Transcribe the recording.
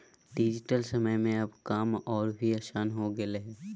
digital समय में अब काम और भी आसान हो गेलय हें